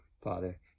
Father